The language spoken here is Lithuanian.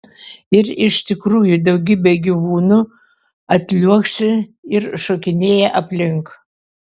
ir iš tikrųjų daugybė gyvūnų atliuoksi ir šokinėja aplink